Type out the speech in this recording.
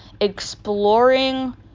exploring